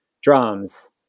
drums